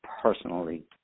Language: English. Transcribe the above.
personally